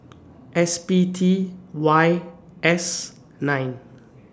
S P T Y S nine